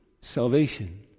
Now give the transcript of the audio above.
salvation